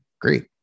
great